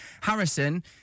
Harrison